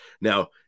Now